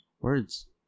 Words